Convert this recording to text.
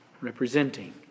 representing